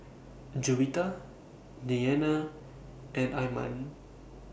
Juwita Dayana and Iman